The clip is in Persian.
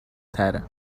تره